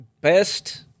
best